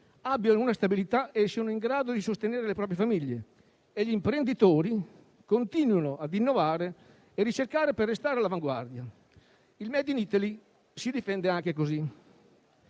abbiano una stabilità e siano in grado di sostenere le proprie famiglie e affinché gli imprenditori continuino ad innovare e ricercare per restare all'avanguardia: il *made in Italy* si difende anche così.